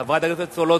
חברת הכנסת סולודקין,